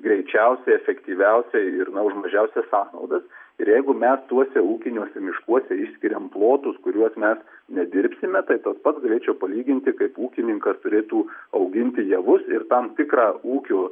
greičiausiai efektyviausiai ir už mažiausias sąnaudas ir jeigu mes tuose ūkiniuose miškuose išskiriam plotus kuriuos mes nedirbsime tai tas pats galėčiau palyginti kaip ūkininkas turėtų auginti javus ir tam tikrą ūkio